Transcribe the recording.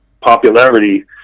Popularity